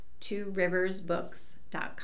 tworiversbooks.com